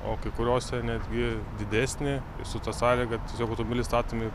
o kai kuriose netgi didesnė su ta sąlyga tiesiog automobiliai statomi